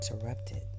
interrupted